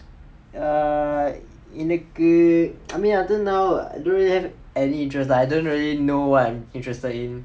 err எனக்கு:enakku I mean until now I don't really have any interest lah I don't really know what I'm interested in